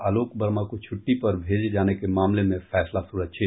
आलोक वर्मा को छुट्टी पर भेजे जाने के मामले में फैसला सुरक्षित